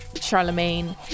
charlemagne